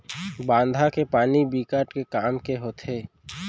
बांधा के पानी बिकट के काम के होथे